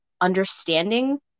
understanding